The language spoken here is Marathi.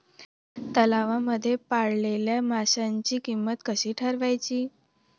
तलावांमध्ये पाळलेल्या माशांची किंमत कशी ठरवायची?